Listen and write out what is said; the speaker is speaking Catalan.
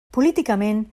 políticament